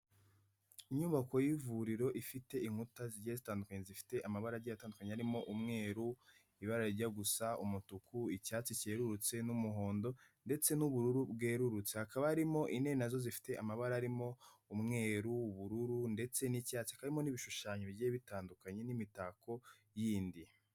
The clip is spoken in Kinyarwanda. Inyubako y'ivuriro ifite inkuta zigiye zitandukanye zifite amabara agiye atandukanye, arimo umweru, ibara rijya gusa umutuku, icyatsi kerurutse n'umuhondo ndetse n'ubururu bwerurutse, hakaba harimo intebe nazo zifite amabara arimo umweru n'ubururu ndetse n'icyatsi, harimo n'ibishushanyo bigiye bitandukanye n'imitako yindi.